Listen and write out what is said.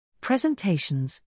Presentations